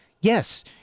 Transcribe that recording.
yes